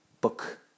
book